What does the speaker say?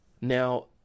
now